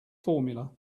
formula